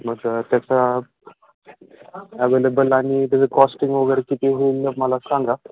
मग त्याचा ॲवेलेबल आणि त्याचं कॉस्टिंग वगैरे किती होईन मग मला सांगा